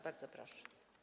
Bardzo proszę.